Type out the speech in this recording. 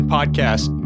Podcast